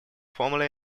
formally